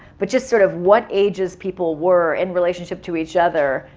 but just sort of what age's people were in relationship to each other,